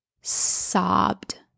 sobbed